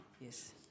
Yes